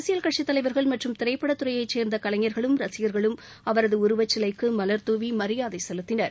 அரசியல் கட்சித் தலைவர்கள் மற்றும் திரைப்படத் துறையைச் சேர்ந்தகலைஞர்களும் ரசிகர்களும் அவரதுஉருவச்சிலைக்குமலர்தூவிமரியாதைசெலுத்தினர்